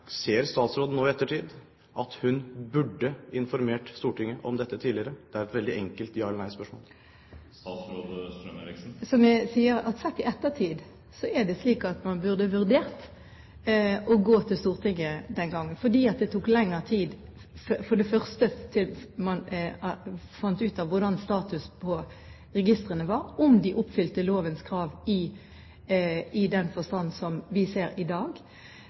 Ser statsråden nå, i ettertid, at hun burde informert Stortinget om dette tidligere? Det er et veldig enkelt ja- eller nei-spørsmål. Som jeg sier, sett i ettertid burde man vurdert å gå til Stortinget den gangen, for det første fordi det tok lengre tid før man fant ut av hvordan status for registrene var, om de oppfylte lovens krav i den forstand som vi ser i dag,